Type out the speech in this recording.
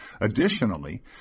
Additionally